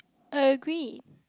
I agree